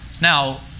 Now